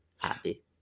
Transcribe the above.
happy